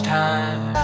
time